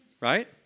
right